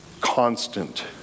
constant